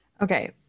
Okay